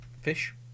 fish